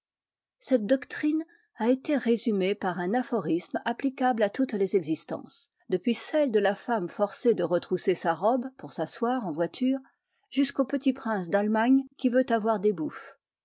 cette doctrine a été résumée par un aphorisme applicable à toutes les existences depuis celle de la femme forcée de retrousser sa robe pour s'asseoir en voiture jusqu'au petit prince d'allemagne qui veut avoir des bouffes